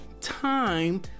time